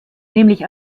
nämlich